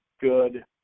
good